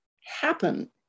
happen